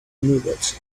nougat